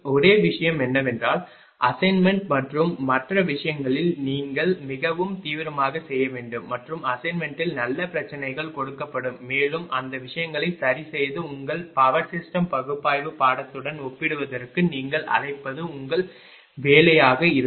ஒரே விஷயம் என்னவென்றால் அசைன்மென்ட் மற்றும் மற்ற விஷயங்களில் நீங்கள் மிகவும் தீவிரமாக செய்ய வேண்டும் மற்றும் அசைன்மென்ட்டில் நல்ல பிரச்சனைகள் கொடுக்கப்படும் மேலும் அந்த விஷயங்களை சரி செய்து உங்கள் பவர் சிஸ்டம் பகுப்பாய்வு பாடத்துடன் ஒப்பிடுவதற்கு நீங்கள் அழைப்பது உங்கள் வேலையாக இருக்கும்